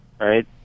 right